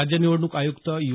राज्य निवडणूक आयुक्त यू